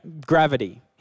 gravity